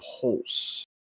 pulse